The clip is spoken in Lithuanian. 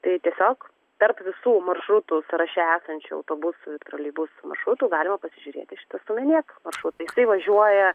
tai tiesiog tarp visų maršrutų sąraše esančių autobusų ir troleibusų maršrutų galima pasižiūrėti į šitą sumenėk maršrutą jisai važiuoja